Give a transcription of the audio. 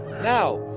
now,